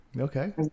okay